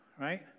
right